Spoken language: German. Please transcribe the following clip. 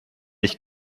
ich